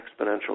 exponential